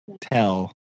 tell